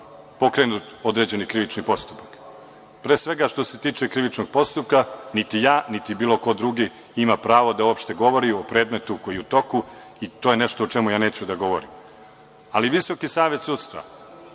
pokrenut određeni krivični postupak. Pre svega, što se tiče krivičnog postupka niti ja, niti bilo ko drugi ima pravo da uopšte govori o predmetu koji je u toku i to nešto o čemu neću da govorim. Visoki savet sudstva